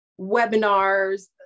webinars